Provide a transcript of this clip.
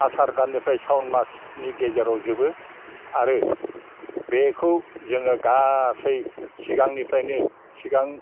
आसार दाननिफ्राय सावन मासनि गेजेराव जोबो आरो बेखौ जोङो गासै सिगांनिफ्रायनो सिगां